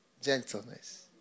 Gentleness